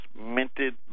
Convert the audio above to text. minted